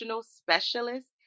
specialist